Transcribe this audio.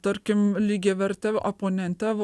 tarkim lygiaverte oponente vo